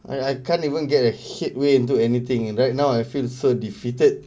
I I can't even get a headway into anything right now I feel so defeated